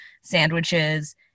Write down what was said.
sandwiches